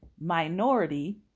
minority